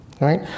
Right